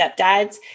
stepdads